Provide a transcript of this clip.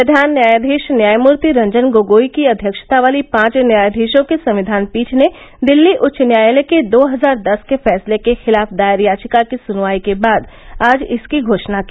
प्रधान न्यायाधीश न्यायमूर्ति रंजन गोगोई की अध्यक्षता वाली पांच न्यायाधीशों की संविधान पीठ ने दिल्ली उच्च न्यायालय के दो हजार दस के फैसले के खिलाफ दायर याचिका की सुनवाई के बाद आज इसकी घो ाणा की